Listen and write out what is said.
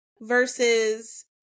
versus